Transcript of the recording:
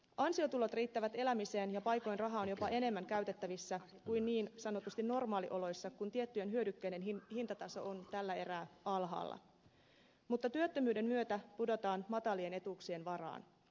ansiotulot riittävät elämiseen ja paikoin rahaa on jopa enemmän käytettävissä kuin niin sanotusti normaalioloissa kun tiettyjen hyödykkeiden hintataso on tällä erää alhaalla mutta työttömyyden myötä pudotaan matalien etuuksien varaan